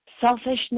selfishness